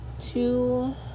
two